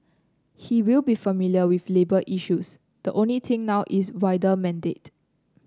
he will be familiar with labour issues the only thing now is wider mandate